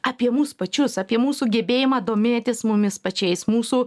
apie mus pačius apie mūsų gebėjimą domėtis mumis pačiais mūsų